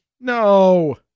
No